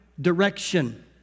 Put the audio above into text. direction